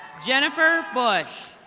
jennifer bush.